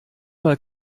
mal